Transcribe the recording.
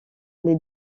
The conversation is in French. les